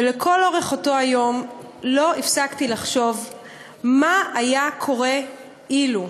ולכל אורך אותו היום לא הפסקתי לחשוב מה היה קורה אילו.